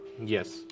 yes